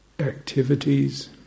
activities